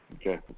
okay